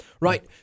right